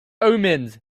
omens